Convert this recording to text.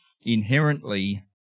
inherently